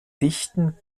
dichten